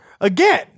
again